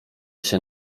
się